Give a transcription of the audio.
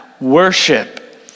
worship